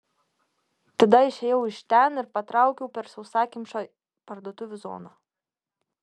tada išėjau iš ten ir patraukiau per sausakimšą parduotuvių zoną